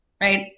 right